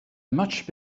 much